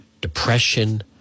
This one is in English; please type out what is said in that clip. depression